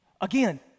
Again